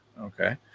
okay